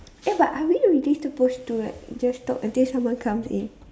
eh but are we already supposed to like just talk until someone comes in